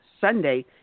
Sunday